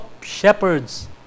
shepherds